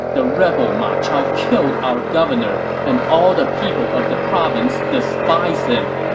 the rebel ma chao killed our governor, and all the people of the province despise him.